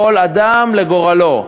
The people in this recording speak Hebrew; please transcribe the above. כל אדם לגורלו.